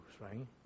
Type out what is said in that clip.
right